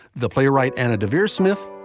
the playwright anna deavere smith,